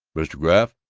mr. graff?